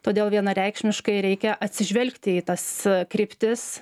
todėl vienareikšmiškai reikia atsižvelgti į tas kryptis